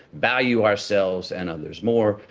value ourselves and others more,